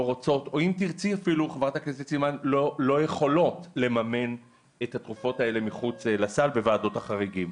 לא רוצות או לא יכולות לממן את התרופות האלה מחוץ לסל בוועדות החריגים.